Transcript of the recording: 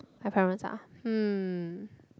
my parents ah hmm